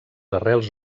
arrels